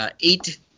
eight